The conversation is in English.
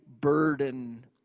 burden